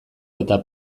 eta